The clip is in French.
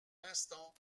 l’instant